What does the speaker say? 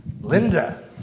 Linda